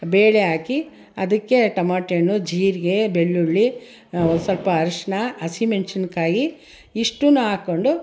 ಬೇಳೆ ಹಾಕಿ ಅದಕ್ಕೆ ಟೊಮಟಣ್ಣು ಜೀರಿಗೆ ಬೆಳ್ಳುಳ್ಳಿ ಒಂದು ಸ್ವಲ್ಪ ಅರಶಿಣ ಹಸಿಮೆಣ್ಸಿನಕಾಯಿ ಇಷ್ಟನ್ನ ಹಾಕ್ಕೊಂಡು